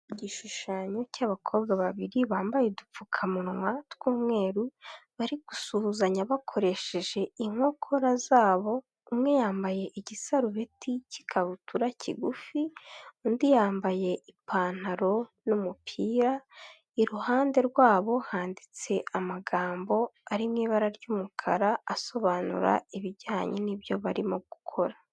Igishushanyo cy'abakobwa babiri bambaye udupfukamunwa tw'umweru bari gusuhuzanya bakoresheje inkokora zabo umwe yambaye igisarubiti cy'ikabutura kigufi undi yambaye ipantaro n'umupira iruhande rwabo handitse amagambo ari nkibara ry'umukara asobanura ibijyanye n'ibyo barimo gukora.